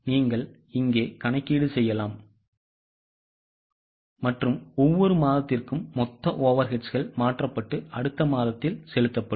நீங்கள் இங்கே கணக்கிட செல்லலாம் மற்றும் ஒவ்வொரு மாதத்திற்கும் மொத்த overheadsகள் மாற்றப்பட்டு அடுத்தமாதத்தில்செலுத்தப்படும்